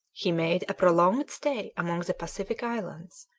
he made a prolonged stay among the pacific islands,